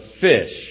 fish